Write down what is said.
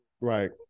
Right